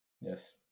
Yes